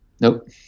Nope